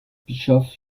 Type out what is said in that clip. bischof